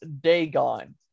Dagon